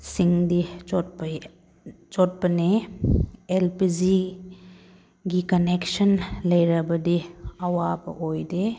ꯁꯤꯡꯗꯤ ꯆꯣꯠꯄꯩ ꯆꯣꯠꯄꯅꯦ ꯑꯦꯜ ꯄꯤ ꯖꯤꯒꯤ ꯀꯟꯅꯦꯛꯁꯟ ꯂꯩꯔꯕꯗꯤ ꯑꯋꯥꯕ ꯑꯣꯏꯗꯦ